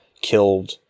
killed